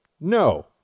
No